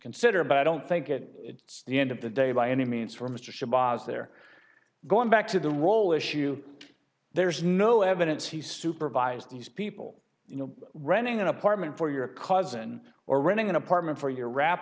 consider but i don't think that it's the end of the day by any means for mr shabazz they're going back to the role issue there's no evidence he supervised these people you know renting an apartment for your cousin or renting an apartment for your rap